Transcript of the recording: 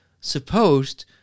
supposed